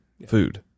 food